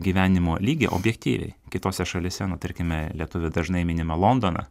gyvenimo lygį objektyviai kitose šalyse nu tarkime lietuvių dažnai minimą londoną